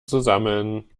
zusammen